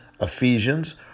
Ephesians